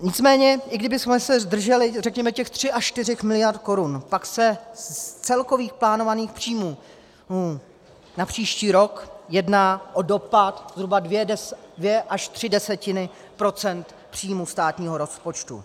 Nicméně i kdybychom se zdrželi řekněme těch 3 až 4 miliard korun, pak se z celkových plánovaných příjmů na příští rok jedná o dopad zhruba 2 až 3 desetiny procenta příjmů státního rozpočtu.